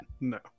No